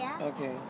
Okay